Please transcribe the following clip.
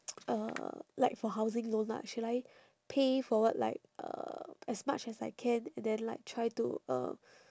uh like for housing loan lah should I pay forward like uh as much as I can then like try to um